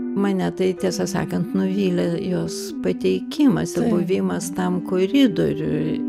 mane tai tiesą sakant nuvylė jos pateikimas ir buvimas tam koridoriuji